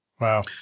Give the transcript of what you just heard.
Wow